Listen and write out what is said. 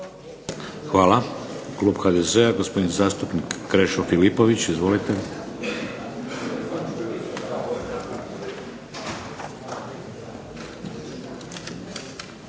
Hvala. Klub HDZ-a gospodin zastupnik Krešo Filipović. Izvolite.